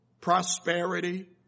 prosperity